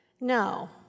No